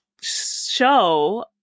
show